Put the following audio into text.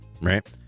right